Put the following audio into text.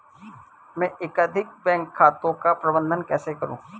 मैं एकाधिक बैंक खातों का प्रबंधन कैसे करूँ?